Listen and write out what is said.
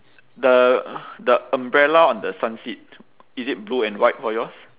the the umbrella on the sun seat is it blue and white for yours